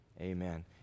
amen